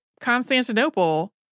Constantinople